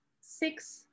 six